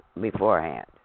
beforehand